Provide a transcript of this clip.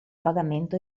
pagamento